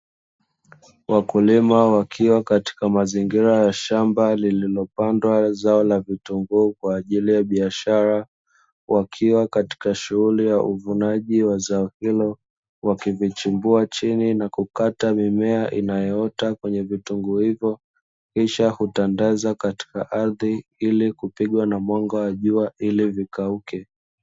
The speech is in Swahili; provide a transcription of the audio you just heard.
Wakulima wakiwa katika mazingira ya shamba, lililopandwa zao la vitunguu kwa ajili ya biashara, wakiwa katika shughuli ya uvunaji wa zao hilo, wakivichimbua chini na kukata mimea inayoota kwenye vitunguu hivyo, kisha hutandazwa katika ardhi ili kupigwa na mwanga wa jua ili vikauke.